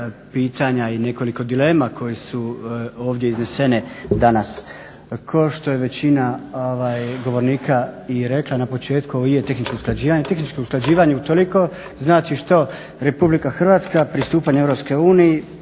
pitanja i nekoliko dilema koje su ovdje iznesene danas. Kao što je većina govornika i rekla na početku ovo je tehničko usklađivanje. Tehničko usklađivanje utoliko znači što RH pristupanjem EU